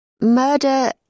Murder